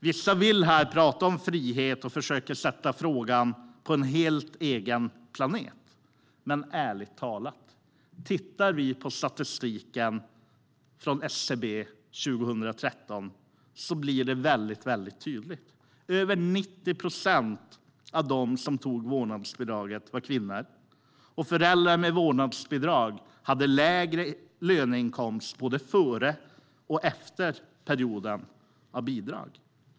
Vissa här vill prata om frihet och försöker att lägga frågan på en helt egen planet. Men ärligt talat, i SEB:s statistik från 2013 blir bilden väldigt tydlig. Över 90 procent av dem som ansökte om vårdnadsbidrag var kvinnor. Föräldrar med vårdnadsbidrag hade lägre löneinkomst både före och efter perioden med bidrag.